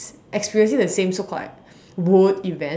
experiencing the same so called like world events